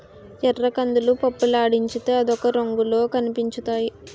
ఎర్రకందులు పప్పులాడించితే అదొక రంగులో కనిపించుతాయి